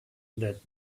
that